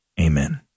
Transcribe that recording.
Amen